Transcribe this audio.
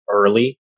early